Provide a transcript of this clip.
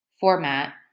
format